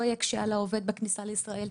לא יקשה על העובד בכניסה לישראל.